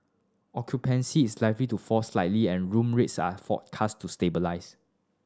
occupancy is likely to fall slightly and room rates are forecast to stabilise